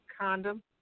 Condom